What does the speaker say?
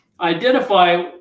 identify